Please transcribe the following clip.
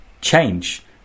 change